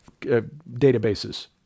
databases